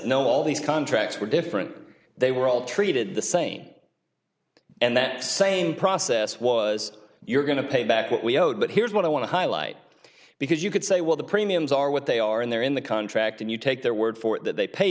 no all these contracts were different they were all treated the same and that same process was you're going to pay back what we owed but here's what i want to highlight because you could say well the premiums are what they are in there in the contract and you take their word for it that they pay